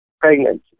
pregnant